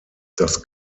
das